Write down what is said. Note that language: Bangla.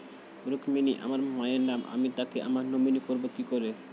রুক্মিনী আমার মায়ের নাম আমি তাকে আমার নমিনি করবো কি করে?